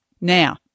Now